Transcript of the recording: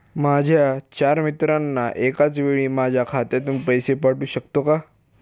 माझ्या चार मित्रांना एकाचवेळी माझ्या खात्यातून पैसे पाठवू शकतो का?